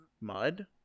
mud